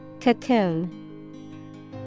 Cocoon